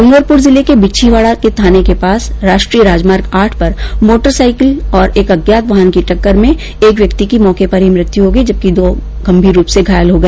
डूंगरपुर जिले के बिछींवाडा के थाने के सामने राष्ट्रीय राजमार्ग आठ पर मोटरसाईकिल पर सवार एक अज्ञात वाहन की टक्कर से एक व्यक्ति की मौके परही मृत्यु हो गई जबकि दूसरा गंभीर रूप से घायल हो गया